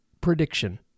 prediction